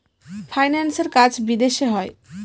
ফাইন্যান্সের কাজ বিদেশে হয়